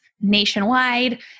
nationwide